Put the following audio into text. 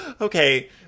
okay